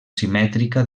simètrica